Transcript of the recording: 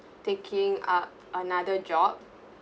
taking up another job